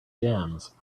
jams